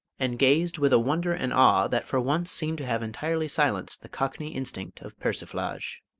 and gazed with a wonder and awe that for once seemed to have entirely silenced the cockney instinct of persiflage.